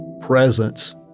presence